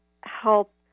help